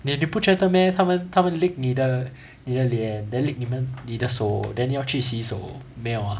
你不觉得 meh 他们他们 lick 你的你的脸 then lick 你的手 then 要去洗手没有 ah